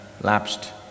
lapsed